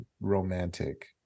romantic